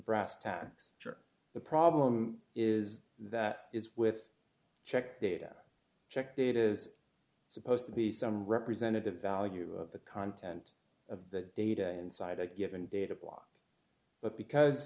brass tacks the problem is that is with check data check data is supposed to be some representative value of the content of the data inside a given data block but because